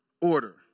order